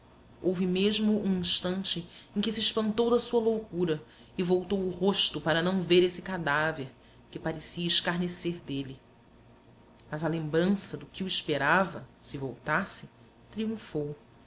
houve mesmo um instante em que se espantou da sua loucura e voltou o rosto para não ver esse cadáver que parecia escarnecer dele mas a lembrança do que o esperava se voltasse triunfou